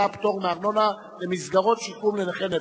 (פטורין) (פטור מארנונה למסגרות שיקום לנכי נפש),